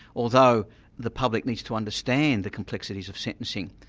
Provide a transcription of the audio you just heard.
although the public needs to understand the complexities of sentencing,